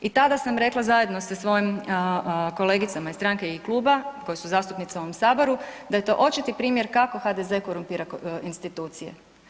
I tada sam rekla zajedno sa svojim kolegicama iz stranke i kluba koje su zastupnice u ovom Saboru, da je to očiti primjer kako HDZ korumpira institucije.